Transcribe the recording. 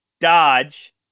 dodge